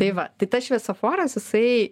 tai va tai tas šviesoforas jisai